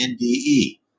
NDE